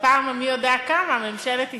בפעם המי-יודע-כמה ממשלת ישראל,